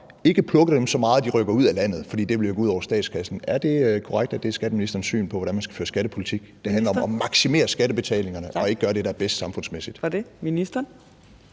ikke plukke dem så meget, at de rykker ud af landet, fordi det jo ville gå ud over statskassen. Er det korrekt, at det er skatteministerens syn på, hvordan man skal føre skattepolitik, altså at det handler om at maksimere skattebetalingerne og ikke gøre det, der er bedst samfundsmæssigt? Kl. 15:56 Fjerde